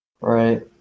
Right